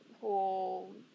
whole